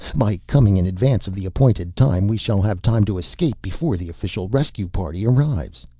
by coming in advance of the appointed time we shall have time to escape before the official rescue party arrives.